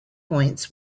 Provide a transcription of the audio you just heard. points